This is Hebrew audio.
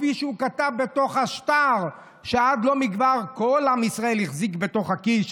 כפי שהוא כתב בתוך השטר שעד לא מכבר כל עם ישראל החזיק בתוך הכיס,